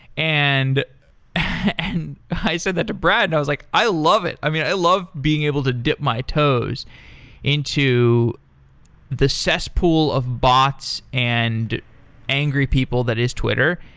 and and i said that to brad. and i was like, i love it. i i love being able to tip my toes into the cesspool of bots and angry people, that is twitter,